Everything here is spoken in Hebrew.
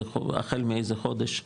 החל מאיזה חודש,